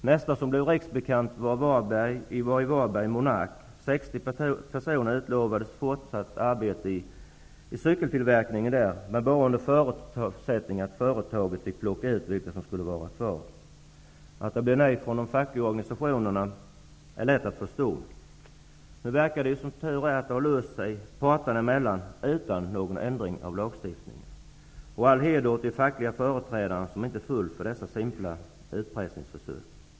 Nästa fall som blev riksbekant var Monark i Varberg, där 60 personer utlovades fortsatt arbete i cykeltillverkningen, men bara under förutsättning att företaget fick plocka ut vilka som skulle vara kvar. Att det blev nej från de fackliga organisationerna är lätt att förstå. Nu verkar det, som tur är, som om det hela har löst sig parterna emellan utan någon ändring av lagstiftningen. All heder åt de fackliga företrädarna som inte föll för simpla utpressningsförsök.